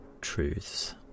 truths